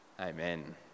Amen